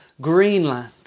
Greenland